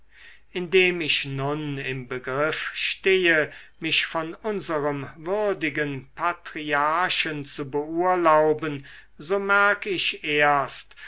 indem ich nun im begriff stehe mich von unserem würdigen patriarchen zu beurlauben so merk ich erst